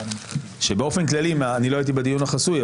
אני רוצה לומר שלא הייתי בדיון החסוי,